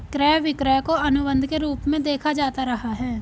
क्रय विक्रय को अनुबन्ध के रूप में देखा जाता रहा है